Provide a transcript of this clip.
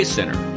Center